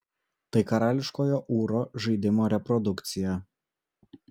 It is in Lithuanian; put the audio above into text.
tai karališkojo ūro žaidimo reprodukcija